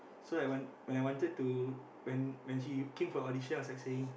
so I want when I wanted to when when she came for audition I was actually